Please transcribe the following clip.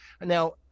now